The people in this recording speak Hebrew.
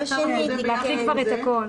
נקריא כבר את הכול.